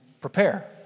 prepare